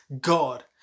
God